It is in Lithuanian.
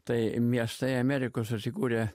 tai miestai amerikos susikuria